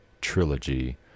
trilogy